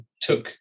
took